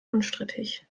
unstrittig